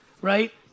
right